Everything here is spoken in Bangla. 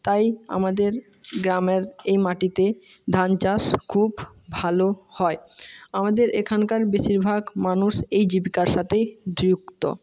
তাই আমাদের গ্রামের এই মাটিতে ধান চাষ খুব ভালো হয় আমাদের এখানকার বেশিরভাগ মানুষ এই জীবিকার সাথেই যুক্ত